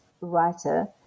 writer